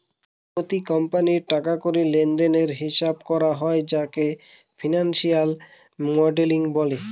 প্রতি কোম্পানির টাকা কড়ি লেনদেনের হিসাব করা হয় যাকে ফিনান্সিয়াল মডেলিং বলে